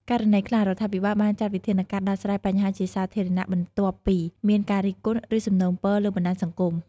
ករណីខ្លះ រដ្ឋាភិបាលបានចាត់វិធានការដោះស្រាយបញ្ហាជាសាធារណៈបន្ទាប់ពីមានការរិះគន់ ឬសំណូមពរលើបណ្តាញសង្គម។